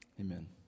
amen